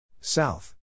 South